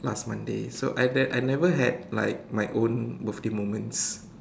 last Monday so I I never had like my own birthday moments